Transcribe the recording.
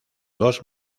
dos